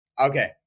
okay